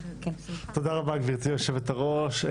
תודה רבה גברתי יושבת הראש,